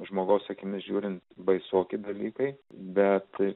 žmogaus akimis žiūrint baisoki dalykai bet